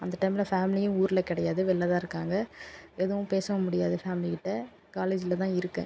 அந்த டைமில் ஃபேமிலியும் ஊரில் கிடையாது வெளிலத் தான் இருக்காங்கள் எதுவும் பேச முடியாது ஃபேமிலி கிட்ட காலேஜில் தான் இருக்கேன்